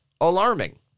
alarming